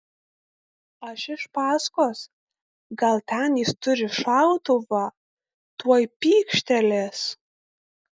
aš iš paskos gal ten jis turi šautuvą tuoj pykštelės